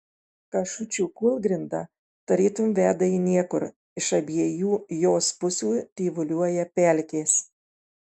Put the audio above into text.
kašučių kūlgrinda tarytum veda į niekur iš abiejų jos pusių tyvuliuoja pelkės